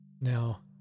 Now